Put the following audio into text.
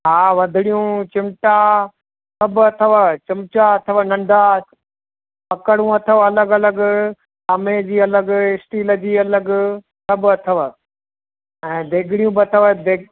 हा वधिड़ियूं चिमिटा सभु अथव चमचा अथव नंढा पकड़ूं अथव अलॻि अलॻि टामे जी अलॻि स्टील जी अलॻि सभु अथव ऐं देॻिड़ियूं बि अथव दे